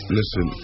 listen